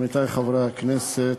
עמיתי חברי הכנסת,